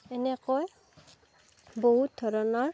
এনেকৈ বহুত ধৰণৰ